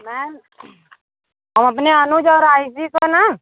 ma'am हम अपने अनुज और आईजी को न